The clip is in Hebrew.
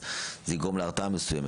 אז זה יגרום להרתעה מסויימת.